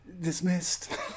dismissed